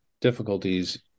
difficulties